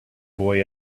boy